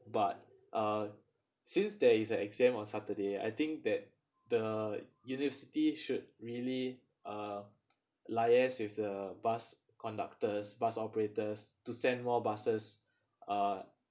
but uh since there is an exam on saturday I think that the university should really uh liase with the bus conductors bus operators to send more buses uh